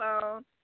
phone